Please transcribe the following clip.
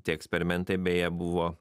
tie eksperimentai beje buvo